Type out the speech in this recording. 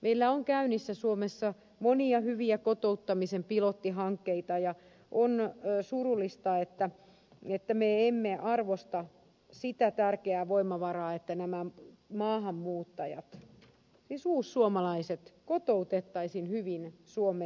meillä on käynnissä suomessa monia hyviä kotouttamisen pilottihankkeita ja on surullista että me emme arvosta sitä tärkeää voimavaraa että nämä maahanmuuttajat siis uussuomalaiset kotoutettaisiin hyvin suomeen